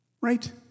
right